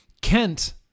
Kent